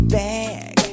back